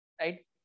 right